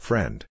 Friend